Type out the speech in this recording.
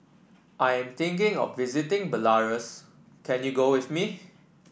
I am thinking of visiting Belarus can you go with me